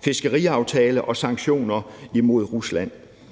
fiskeriaftaler og sanktioner imod Rusland.